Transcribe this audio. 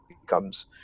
becomes